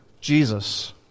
Jesus